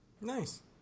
nice